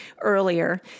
earlier